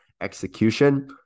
execution